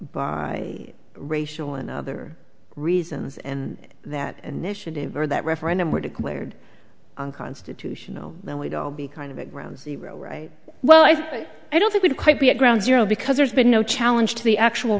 by racial and other reasons and that initiative or that referendum were declared unconstitutional then we'd all be kind of a ground zero right well i think i don't think would quite be a ground zero because there's been no challenge to the actual